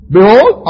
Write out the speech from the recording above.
Behold